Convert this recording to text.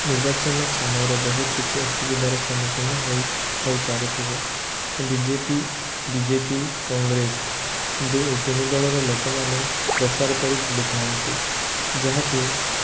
ନିର୍ବାଚନ ସମୟରେ ବହୁତ କିଛି ଅସୁବିଧାର ସମ୍ମୁଖୀନ ହୋଇ ହୋଇ ପାରୁଥିବ ବିଜେଡ଼ି ବିଜେପି କଂଗ୍ରେସ ଦୁଇ ତିନି ଦଳର ଲୋକମାନେ ପ୍ରଚାର କରି ବୁଲୁଥାନ୍ତି ଯାହାକି